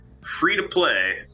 free-to-play